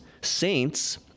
saints